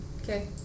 Okay